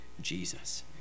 Jesus